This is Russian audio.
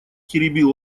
теребил